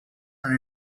and